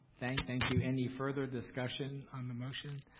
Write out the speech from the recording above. thank thank you, any further discussion on the motion?